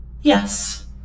Yes